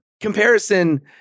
Comparison